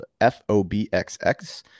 FOBXX